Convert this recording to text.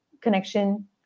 connection